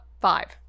Five